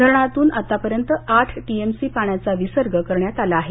धरणातून आतापर्यंत आठ टीएमसी पाण्याचा विसर्ग करण्यात आला आहे